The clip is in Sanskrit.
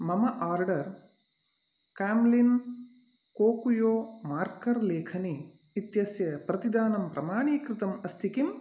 मम आर्डर् काम्लिन् कोकुयो मार्कर् लेखनी इत्यस्य प्रतिदानं प्रमाणीकृतम् अस्ति किम्